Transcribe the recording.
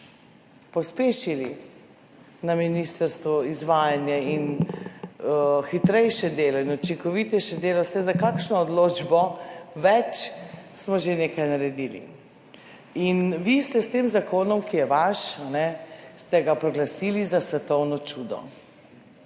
pospešili na ministrstvu izvajanje in hitrejše delo in učinkovitejše delo vsaj za kakšno odločbo več, smo že nekaj naredili in vi ste s tem zakonom, ki je vaš ste ga proglasili za svetovno čudo.